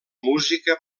música